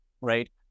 right